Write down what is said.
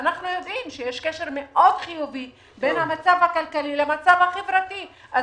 אנחנו יודעים שיש קשר חיובי בין המצב הכלכלי למצב החברתי.